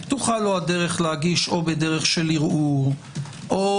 פתוחה לו הדרך להגיש או בדרך ערעור או